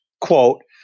quote